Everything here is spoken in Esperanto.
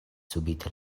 subite